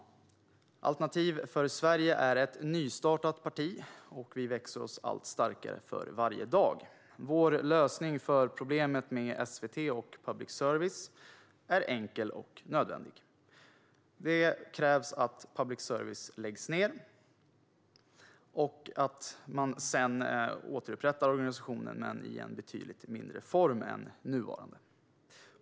Alternativ för Sverige är ett nystartat parti. Vi växer oss allt starkare för varje dag. Vår lösning på problemet med SVT och public service är enkel och nödvändig. Det krävs att public service läggs ned och att man sedan återupprättar organisationen men i en betydligt mindre form än den nuvarande.